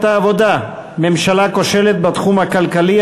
העבודה: ממשלה כושלת בתחום הכלכלי,